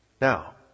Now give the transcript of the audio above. Now